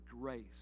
grace